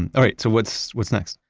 and all right, so what's what's next?